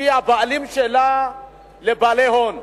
היא הבעלים שלהן לבעלי הון.